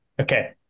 Okay